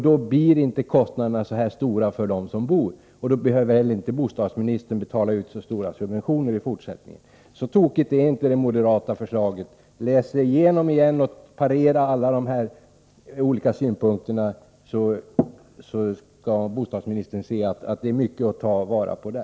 Då blir inte kostnaderna så stora som nu för de boende, och då behöver inte heller bostadsministern betala ut så stora subventioner i fortsättningen. Det moderata förslaget är inte så tokigt! Läs igenom det igen och väg de olika synpunkterna mot varandra. Då skall bostadsministern se att det finns mycket att ta vara på där.